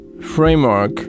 framework